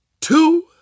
two